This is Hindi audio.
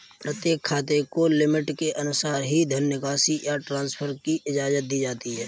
प्रत्येक खाते को लिमिट के अनुसार ही धन निकासी या ट्रांसफर की इजाजत दी जाती है